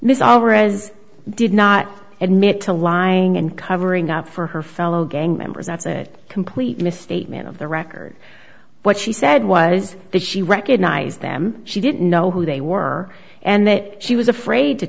s over as did not admit to lying and covering up for her fellow gang members that's it complete misstatement of the record what she said was that she recognized them she didn't know who they were and that she was afraid to